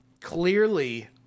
clearly